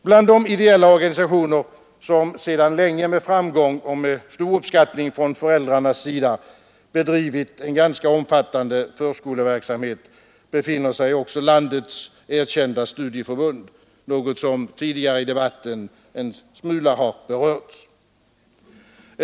Bland de ideella organisationer som sedan länge med framgång och med stor uppskattning från föräldrarna bedrivit en ganska omfattande förskoleverksamhet befinner sig också landets erkända studieförbund, något som tidigare i debatten en smula har berörts.